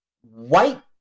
white